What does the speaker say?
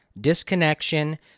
disconnection